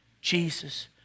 Jesus